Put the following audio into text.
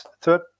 third